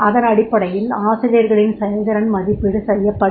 அதன் அடிப்படையில் ஆசிரியர்களின் செயல்திறன் மதிப்பீடு செய்யப்படும்